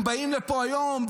הם באים לפה היום,